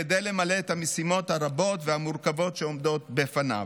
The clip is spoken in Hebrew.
כדי למלא את המשימות הרבות והמורכבות שעומדות בפניו.